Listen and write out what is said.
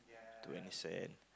ya twenty cent